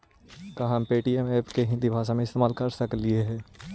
का हम पे.टी.एम के हिन्दी भाषा में इस्तेमाल कर सकलियई हे?